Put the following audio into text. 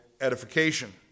edification